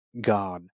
God